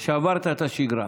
שברת את השגרה.